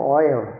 oil